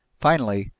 finally,